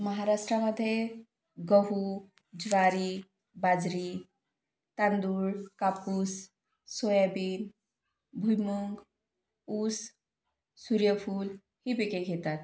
महाराष्ट्रामध्ये गहू ज्वारी बाजरी तांदूळ कापूस सोयाबीन भुईमूग ऊस सूर्यफूल ही पिके घेतात